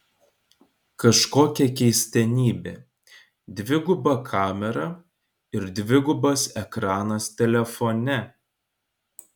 kažkokia keistenybė dviguba kamera ir dvigubas ekranas telefone